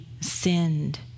sinned